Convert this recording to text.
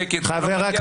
כפי שראינו דברים כאלה.